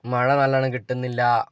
മഴ നല്ലോണം കിട്ടുന്നില്ല